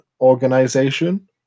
organization